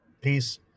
Peace